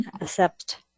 accept